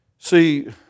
See